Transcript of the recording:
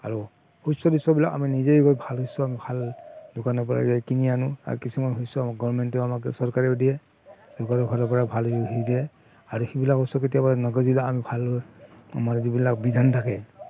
আৰু শস্য তস্যবিলাক আমি নিজেই ভাল শস্য ভাল দোকানৰ পৰা কিনি আনো আৰু কিছুমান শস্য আমাক গৰমেণ্টেও আমাক চৰকাৰেও দিয়ে চৰকাৰৰ ফালৰ পৰাও ভাল এই হেৰি দিয়ে আৰু সেইবিলাক বস্তু কেতিয়াবা নগজিলে আমাৰ ভাল আমাৰ যিবিলাক বিধান থাকে